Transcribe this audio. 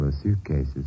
suitcases